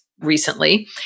recently